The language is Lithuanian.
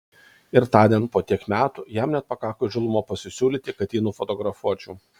ir tądien po tiek metų jam net pakako įžūlumo pasisiūlyti kad jį nufotografuočiau